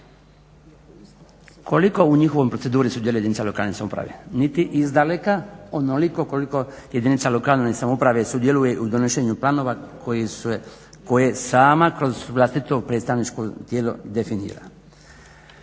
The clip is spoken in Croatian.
koliko u njihovoj proceduri sudjeluje jedinica lokalne samouprave, niti izdaleka onoliko koliko jedinica lokalne samouprave sudjeluje u donošenju planova koje sama kroz vlastito predstavničko tijelo definira.